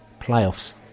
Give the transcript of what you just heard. playoffs